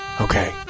Okay